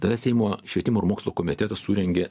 tada seimo švietimo ir mokslo komitetas surengė